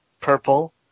purple